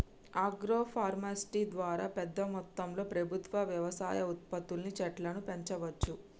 agro forestry ద్వారా పెద్ద మొత్తంలో ప్రభుత్వం వ్యవసాయ ఉత్పత్తుల్ని చెట్లను పెంచవచ్చు